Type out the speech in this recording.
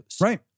Right